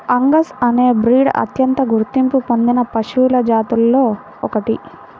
Angus అనే breed అత్యంత గుర్తింపు పొందిన పశువుల జాతులలో ఒకటి